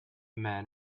man